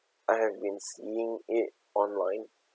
I have been seeing it online